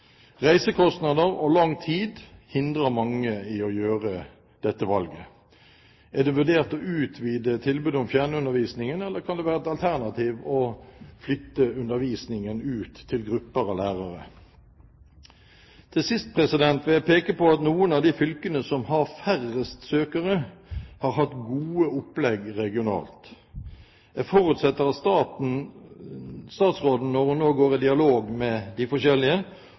Reisekostnader og lang tid hindrer mange i å ta dette valget. Er det vurdert å utvide tilbudet om fjernundervisning, eller kan det være et alternativ å flytte undervisningen ut til grupper av lærere? Til sist vil jeg peke på at noen av de fylkene som har færrest søkere, har hatt gode opplegg regionalt. Jeg forutsetter at statsråden når hun nå går i dialog med de forskjellige,